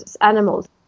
animals